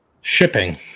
Shipping